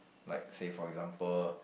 like say for example